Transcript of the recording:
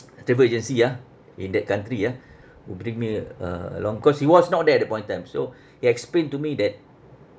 travel agency ah in that country ah who bring me a~ along cause he was not there at the point of time so he explained to me that